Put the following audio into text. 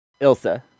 Ilsa